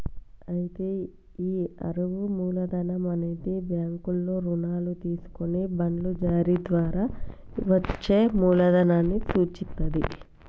అయితే ఈ అరువు మూలధనం అనేది బ్యాంకుల్లో రుణాలు తీసుకొని బాండ్లు జారీ ద్వారా వచ్చే మూలదనాన్ని సూచిత్తది